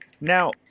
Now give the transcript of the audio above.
now